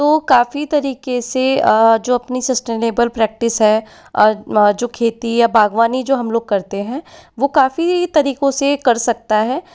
तो काफ़ी तरीके से जो अपनी सस्टेनबल प्रैक्टिस है जो खेती या बाग़बानी जो हम लोग करते हैं वो काफ़ी तरीकों से कर सकता है